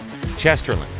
Chesterland